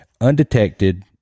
undetected